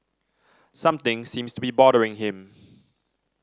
something seems to be bothering him